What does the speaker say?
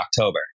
October